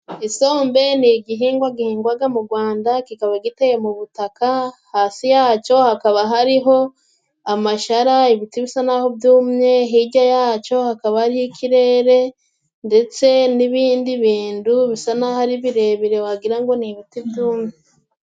Isombe ni igihingwa gihingwaga mu Gwanda kikaba giteye mu butaka hasi yacyo hakaba hariho amashara ibiti bisa naho byumye hirya yacyo hakaba ari ikirere ndetse n'ibindi bindu bisa naho ari birebire wagira ngo ni ibiti byumye.